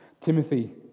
Timothy